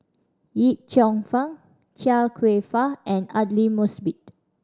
Yip Cheong Fun Chia Kwek Fah and Aidli Mosbit